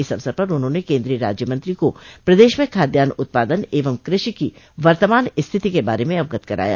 इस अवसर पर उन्होंने केन्द्रीय राज्यमंत्री को प्रदेश में खादयान्न उत्पादन एवं कृषि की वर्तमान स्थिति के बारे में अवगत कराया